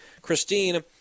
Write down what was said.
Christine